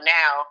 now